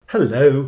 Hello